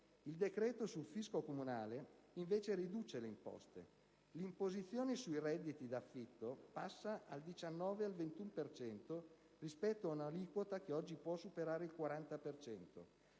Il decreto sul fisco comunale invece riduce le imposte: l'imposizione sui redditi da affitto passa al 19 e al 21 per cento rispetto ad una aliquota che oggi può superare il 40